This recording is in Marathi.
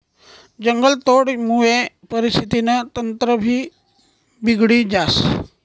जंगलतोडमुये परिस्थितीनं तंत्रभी बिगडी जास